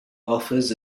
offers